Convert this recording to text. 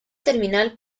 terminal